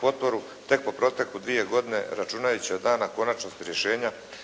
potporu tek po proteku 2 godine računajući od dana konačnosti rješenja